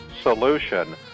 solution